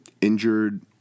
injured